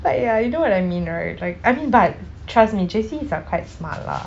but ya you know what I mean right like I mean but trust me J_C is like quite smart lah